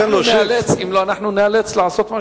אם לא, אנחנו ניאלץ לעשות משהו.